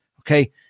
Okay